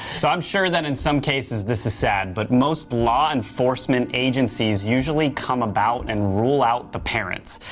so am sure that in some cases this is sad but most law enforcing and agencies usually come about and rule out the parents.